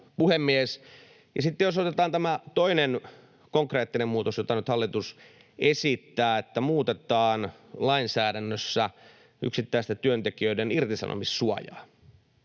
Sitten jos otetaan tämä toinen konkreettinen muutos, jota nyt hallitus esittää, että muutetaan lainsäädännössä yksittäisten työntekijöiden irtisanomissuojaa,